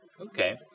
okay